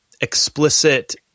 explicit